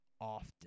Often